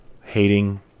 hating